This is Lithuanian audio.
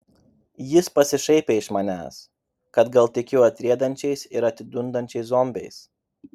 jis pasišaipė iš manęs kad gal tikiu atriedančiais ir atidundančiais zombiais